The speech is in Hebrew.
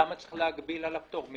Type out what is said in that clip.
למה צריך להגביל על הפטור?